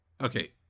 Okay